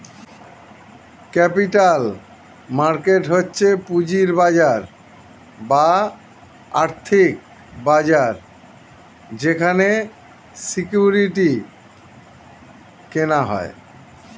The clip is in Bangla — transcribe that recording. ক্যাপিটাল মার্কেট হচ্ছে পুঁজির বাজার বা আর্থিক বাজার যেখানে সিকিউরিটি কেনা হয়